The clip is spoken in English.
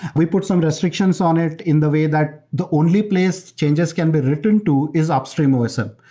we put some restrictions on it in the way that the only place changes can be written to is upstream osm.